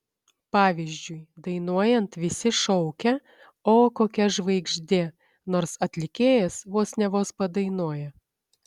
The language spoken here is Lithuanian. pavyzdžiui dainuojant visi šaukia o kokia žvaigždė nors atlikėjas vos ne vos padainuoja